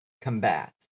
combat